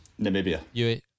Namibia